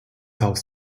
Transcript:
haus